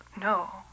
No